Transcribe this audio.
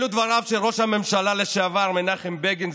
אלו דבריו של ראש הממשלה לשעבר מנחם בגין,